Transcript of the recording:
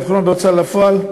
רפורמה בהוצאה לפועל,